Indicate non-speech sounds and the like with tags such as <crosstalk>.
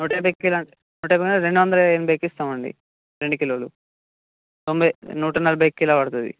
నూట యాభైకి కిలో <unintelligible> రెండు వందల ఎనభైకిస్తామండి రెండు కిలోలు తొంభై నూట నలభై కిలో పడుతుంది